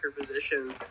position